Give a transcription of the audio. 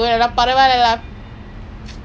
she always like that lah why ah